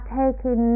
taking